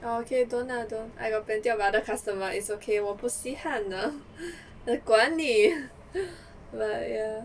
orh okay don't lah don't I got plenty of other customer is okay 我不稀罕呢管你 but ya